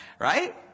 Right